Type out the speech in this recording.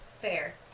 Fair